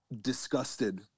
disgusted